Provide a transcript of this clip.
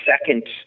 second